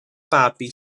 babi